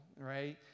right